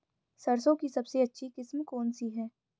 सरसों की सबसे अच्छी किस्म कौन सी है?